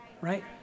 right